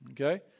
Okay